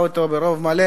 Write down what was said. אותי?